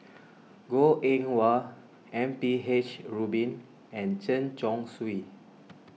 Goh Eng Wah M P H Rubin and Chen Chong Swee